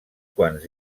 quants